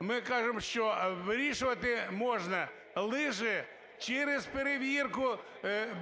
ми кажемо, що вирішувати можна лише через перевірку